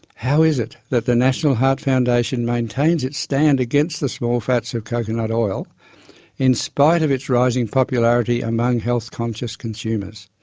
how is it that the national heart foundation maintains its stand against the small fats of coconut oil in spite of its rising popularity among health-conscious consumers.